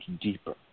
deeper